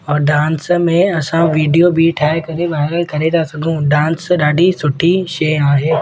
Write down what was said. और डांस में असां वीडियो बि ठाहे करे वाइरल करे था सघूं डांस ॾाढी सुठी शइ आहे